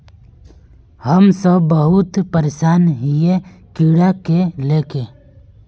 हम सब बहुत परेशान हिये कीड़ा के ले के?